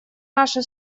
наши